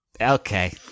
Okay